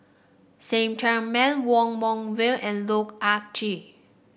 Cheng Tsang Man Wong Meng Voon and Loh Ah Chee